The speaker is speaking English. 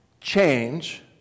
change